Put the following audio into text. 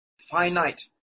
finite